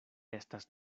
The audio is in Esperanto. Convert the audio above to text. estas